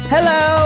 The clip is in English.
Hello